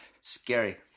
Scary